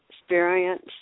experience